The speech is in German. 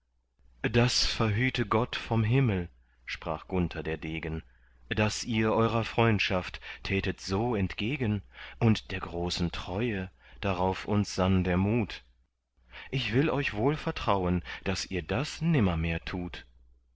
das verhüte gott vom himmel sprach gunther der degen daß ihr eurer freundschaft tätet so entgegen und der großen treue darauf uns sann der mut ich will euch wohl vertrauen daß ihr das nimmermehr tut